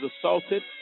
assaulted